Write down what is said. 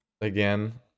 again